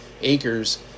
acres